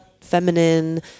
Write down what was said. feminine